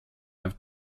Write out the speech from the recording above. have